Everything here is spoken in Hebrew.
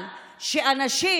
אבל שאנשים